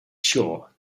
sure